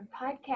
podcast